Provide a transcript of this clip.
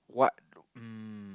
what um